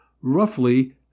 roughly